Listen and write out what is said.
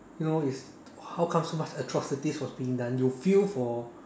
you know is how come so much atrocities was being done you will feel for